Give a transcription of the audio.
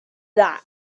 that